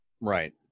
Right